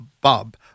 Bob